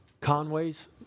Conway's